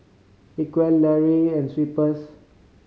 Equal Laurier and Schweppes